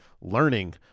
learning